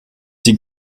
die